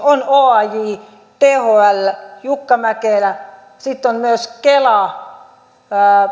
on oaj thl jukka mäkelä sitten on myös kela